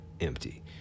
empty